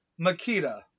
Makita